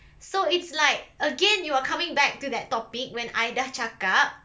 so it's like again you are coming back to that topic when I dah cakap